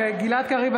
(קוראת בשמות חברי הכנסת) גלעד קריב,